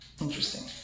Interesting